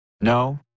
No